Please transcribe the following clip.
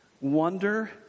wonder